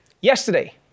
yesterday